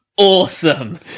Awesome